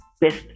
best